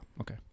Okay